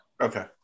Okay